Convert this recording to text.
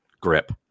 grip